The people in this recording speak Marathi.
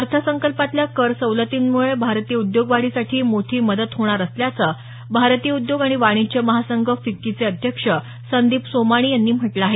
अर्थसंकल्पातल्या कर सवलतींमुळे भारतीय उद्योग वाढीसाठी मोठी मदत होणार असल्याचं भारतीय उद्योग आणि वाणिज्य महासंघ फिक्कीचे अध्यक्ष संदीप सोमाणी यांनी म्हटलं आहे